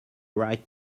right